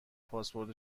پاسپورت